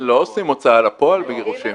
עושים הוצאה לפועל בגירושין.